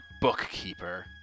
bookkeeper